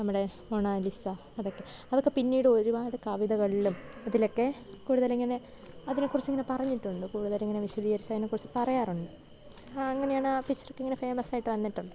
നമ്മുടെ മൊണോലിസ അതൊക്കെ അതൊക്കെ പിന്നീട് ഒരുപാട് കവിതകളിലും ഇതിലൊക്കെ കൂടുതലിങ്ങനെ അതിനെക്കുറിച്ചിങ്ങനെ പറഞ്ഞിട്ടുണ്ട് കൂടുതലിങ്ങനെ വിശദീകരിച്ച് അതിനെക്കുറിച്ച് പറയാറുണ്ട് അങ്ങനെയാണ് ആ പിച്ചറക്കെ ഇങ്ങനെ ഫേമസായിട്ട് വന്നിട്ടുണ്ട്